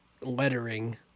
lettering